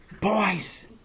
Boys